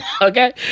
Okay